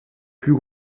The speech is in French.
plus